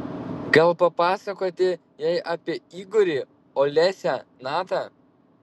gal papasakoti jai apie igorį olesią natą